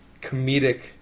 comedic